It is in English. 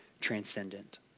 transcendent